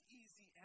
easy